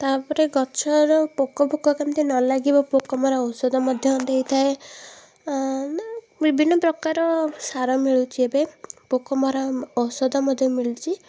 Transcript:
ତା'ପରେ ଗଛର ପୋକଫୋକ କେମତି ନଲାଗିବ ପୋକମରା ଔଷଧ ମଧ୍ୟ ଦେଇଥାଏ ଆଁ ବିଭିନ୍ନ ପ୍ରକାର ସାର ମିଳୁଛି ଏବେ ପୋକମରା ଔଷଧ ମଧ୍ୟ ମିଳୁଛି